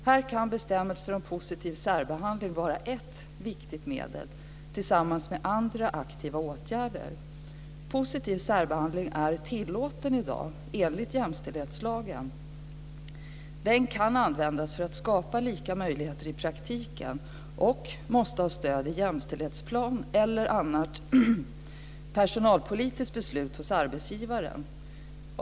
Här kan bestämmelser om positiv särbehandling vara ett viktigt medel tillsammans med andra aktiva åtgärder. Positiv särbehandling är tillåten i dag enligt jämställdhetslagen. Den kan användas för att skapa lika möjligheter i praktiken och måste ha stöd i jämställdhetsplan eller annat personalpolitiskt beslut hos arbetsgivaren.